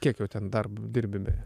kiek jau ten darbo dirbi